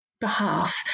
behalf